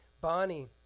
Bonnie